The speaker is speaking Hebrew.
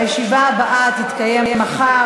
הישיבה הבאה תתקיים מחר,